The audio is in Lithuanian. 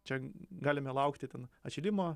čia galime laukti ten atšilimo